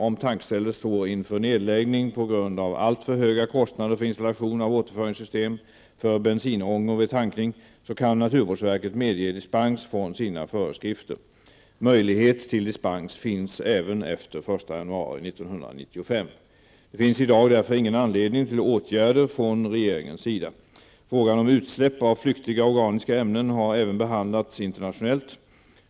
Om tankstället står inför nedläggning på grund av alltför höga kostnader för installation av återföringssystem för bensinångor vid tankning, kan naturvårdsverket medge dispens från sina föreskrifter. Möjlighet till dispens finns även efter den 1 januari 1995. Det finns i dag därför ingen anledning till åtgärder från regeringens sida. Frågan om utsläpp av flyktiga organiska ämnen har även behandlats internationellt.